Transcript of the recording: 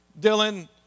Dylan